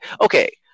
Okay